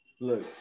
look